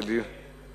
כן.